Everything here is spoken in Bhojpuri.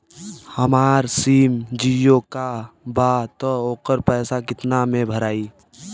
हमार सिम जीओ का बा त ओकर पैसा कितना मे भराई?